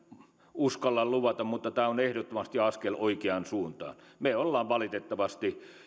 uskalla luvata mutta tämä on ehdottomasti askel oikeaan suuntaan me olemme valitettavasti